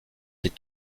des